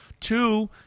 Two